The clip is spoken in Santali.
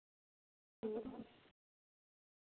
ᱦᱩᱸ